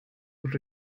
would